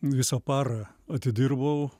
visą parą atidirbau